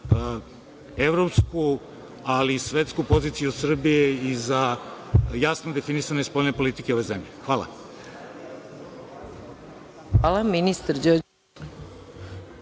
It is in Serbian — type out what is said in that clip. evropsku, ali i svetsku poziciju Srbije i za jasno definisane spoljne politike ove zemlje. Hvala. **Maja Gojković**